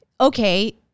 okay